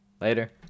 Later